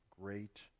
great